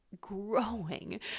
growing